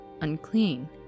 unclean